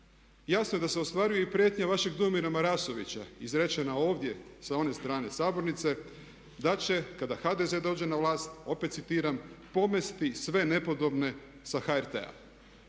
Jasno da se ostvaruju i prijetnje vašeg Dujomira Marasovića izrečena ovdje sa one strane sabornice da će kada HDZ dođe na vlast opet citiram pomesti i sve nepodobne sa HRT-a.